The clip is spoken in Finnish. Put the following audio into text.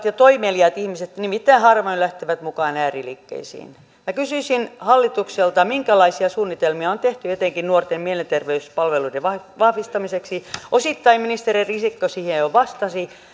ja toimeliaat ihmiset nimittäin harvoin lähtevät mukaan ääriliikkeisiin minä kysyisin hallitukselta minkälaisia suunnitelmia on tehty etenkin nuorten mielenterveyspalveluiden vahvistamiseksi osittain ministeri risikko siihen jo vastasi